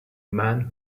man